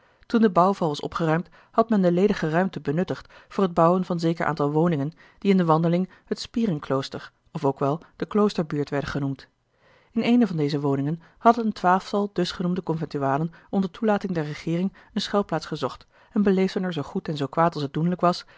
toen de bouwval was opgeruimd had men de ledige ruimte benuttigd voor het bouwen van zeker aantal woningen die in de wandeling het spieringklooster of ook wel de kloosterbuurt werden genoemd in eene van deze woningen had een twaalftal dusgenoemde conventualen onder toelating der regeering eene schuilplaats gezocht en beleefden er zoo goed en zoo kwaad als het doenlijk was